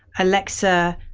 alexa,